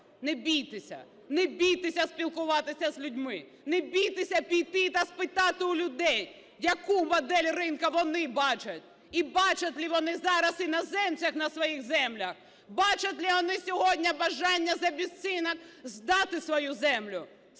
Не бійтеся, не бійтеся спілкуватися з людьми, не бійтеся піти та спитати у людей, яку модель ринку вони бачать і бачать лі вони зараз іноземців на своїх землях, бачать лі вони сьогодні бажання за безцінок здати свою землю.